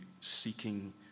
seeking